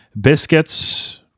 biscuits